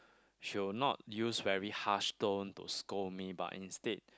she'll not use very harsh tone to scold me but instead